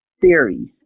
theories